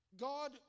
God